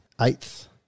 eighth